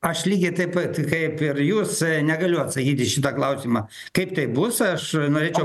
aš lygiai taip pat kaip ir jūs negaliu atsakyt į šitą klausimą kaip tai bus aš norėčiau